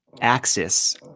axis